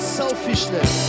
selfishness